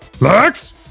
Lex